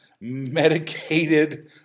medicated